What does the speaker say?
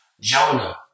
Jonah